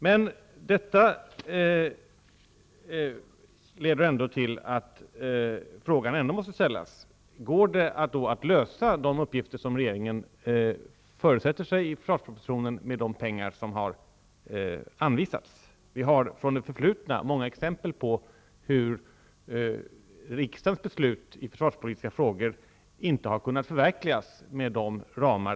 Men frågan måste då ändå ställas: Går det då att lösa de uppgifter som regeringen i försvarspropositionen föresätter sig med de pengar som har anvisats? Vi har från det förflutna många exempel på hur riksdagens beslut i försvarspolitiska frågor inte har kunnat förverkligas med anvisade ramar.